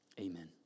amen